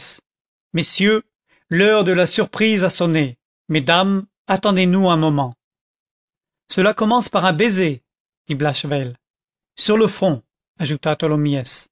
messieurs l'heure de la surprise a sonné mesdames attendez nous un moment cela commence par un baiser dit blachevelle sur le front